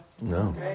No